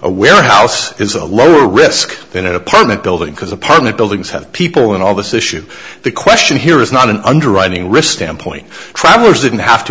a warehouse is a lower risk than an apartment building because apartment buildings have people in all this issue the question here is not an underwriting risk standpoint travelers didn't have to